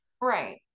Right